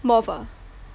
moth ah